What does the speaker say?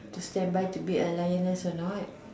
to stand by to be a lioness or not